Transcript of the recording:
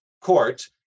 court